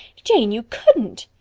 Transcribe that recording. jane, you couldn't!